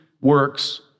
works